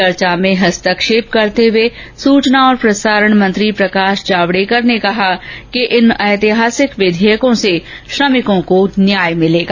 चर्चा में हस्तक्षेप करते हुए सूचना और प्रसारण मंत्री प्रकाश जावड़ेकर ने कहा कि इन ऐतिहासिक विधेयकों से श्रमिकों को न्याय मिलेगा